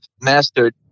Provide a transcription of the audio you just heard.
mastered